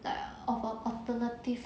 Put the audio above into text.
the alter~ alternative